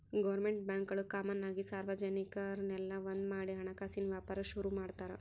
government ಬ್ಯಾಂಕ್ಗುಳು common ಆಗಿ ಸಾರ್ವಜನಿಕುರ್ನೆಲ್ಲ ಒಂದ್ಮಾಡಿ ಹಣಕಾಸಿನ್ ವ್ಯಾಪಾರ ಶುರು ಮಾಡ್ತಾರ